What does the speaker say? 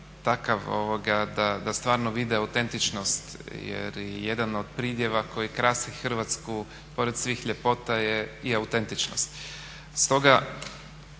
da stvarno vide autentičnost jer i jedan od pridjeva koji krase Hrvatsku pored svih ljepota je i autentičnost. Stoga,